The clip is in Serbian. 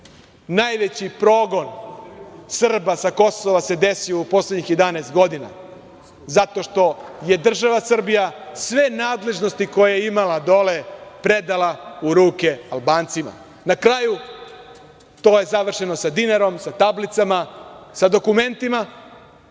najveći progon Srba sa Kosova se desio u poslednjih 11 godina zato što je država Srbija sve nadležnosti koje je imala dole predala u ruke Albancima. Na kraju to je završeno sa dinarom, sa tablicama, sa dokumentima,